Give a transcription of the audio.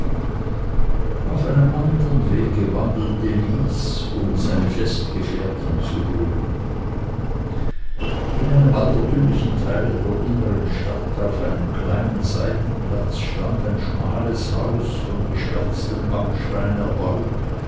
auf einem andern wege wandelte lys um seine festgefährtin zu holen in einem altertümlichen teile der inneren stadt auf einem kleinen seitenplatze stand ein schmales haus von geschwärztem backstein erbaut